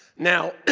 now,